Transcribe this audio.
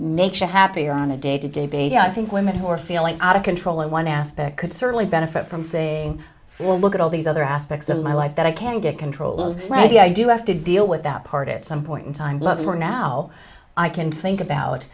makes you happier on a day to day basis i think women who are feeling out of control in one aspect could certainly benefit from saying well look at all these other aspects of my life that i can get control of like i do have to deal with that part at some point in time love more now i can think about